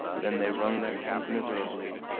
then they wrung their hands miserably,